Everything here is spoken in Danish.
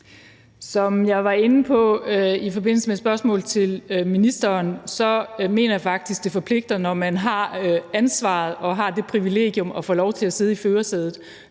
Som jeg var inde på i forbindelse med spørgsmål til ministeren, mener jeg faktisk, det forpligter, når man har ansvaret og har det privilegium at få lov til at sidde i førersædet.